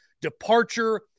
departure